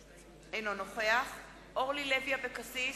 אינו נוכח אורלי לוי אבקסיס,